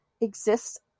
exists